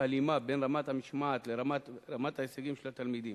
הלימה בין רמת המשמעת לרמת ההישגים של התלמידים.